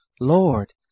Lord